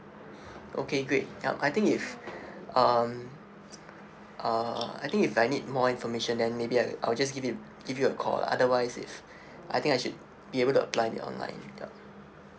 okay great yup I think if um uh I think if I need more information then maybe I'll I'll just give it give you a call otherwise if I think I should be able to apply it online yup